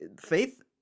faith